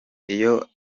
iyo